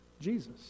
Jesus